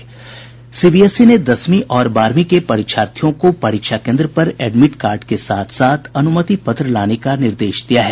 CBSE ने दसवी और बारहवीं के परीक्षार्थियों को परीक्षा केन्द्र पर एडमिट कार्ड के साथ साथ अनुमति पत्र लाने का निर्देश दिया है